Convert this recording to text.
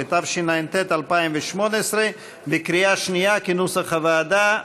16), התשע"ט 2018, בקריאה שנייה, כנוסח הוועדה.